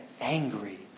angry